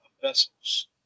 vessels